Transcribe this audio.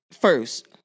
First